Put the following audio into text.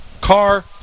car